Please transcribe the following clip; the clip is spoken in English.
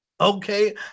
Okay